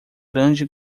grande